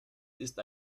ist